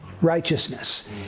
righteousness